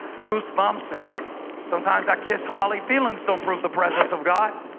goosebumps him sometimes. i kiss holly feelings don't prove the presence of god